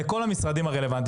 לכל המשרדים הרלוונטיים,